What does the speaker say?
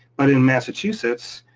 but in massachusetts,